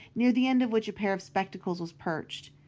near the end of which a pair of spectacles was perched.